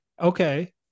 okay